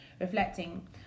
reflecting